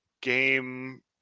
game